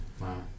Wow